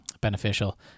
beneficial